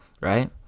Right